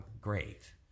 great